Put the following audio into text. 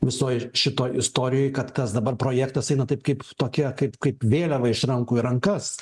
visoj šitoj istorijoj kad kas dabar projektas eina taip kaip tokia kaip kaip vėliava iš rankų į rankas